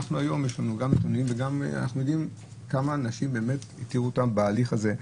היום יש לנו גם נתונים ואנחנו יודעים כמה נשים באמת התירו בהליך הזה,